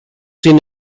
seen